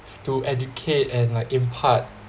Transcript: to educate and like impart